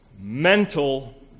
Mental